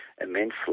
immensely